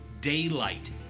Daylight